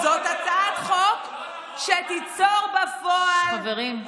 זאת הצעת חוק שתיצור בפועל, חברים.